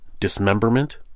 dismemberment